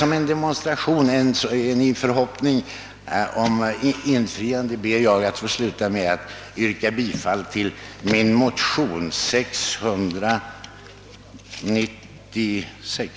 Som en demonstration mer än i förhoppning om framgång ber jag att få yrka bifall till min motion, II: 696.